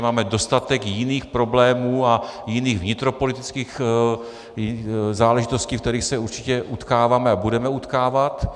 Máme dostatek jiných problémů a jiných vnitropolitických záležitostí, v kterých se určitě utkáváme a budeme utkávat.